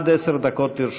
עד עשר דקות לרשותך.